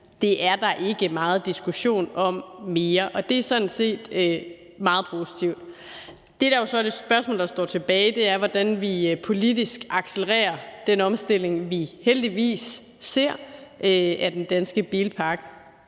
Det er der ikke meget diskussion om mere, og det er sådan set meget positivt. Det, der så er det spørgsmål, der står tilbage, er, hvordan vi politisk kan accelerere den omstilling af den danske bilpark,